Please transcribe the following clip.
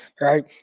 right